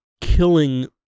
killing